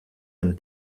and